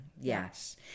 Yes